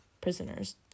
prisoners